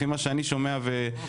לפי מה שאני שומע ומבין,